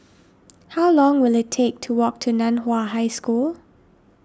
how long will it take to walk to Nan Hua High School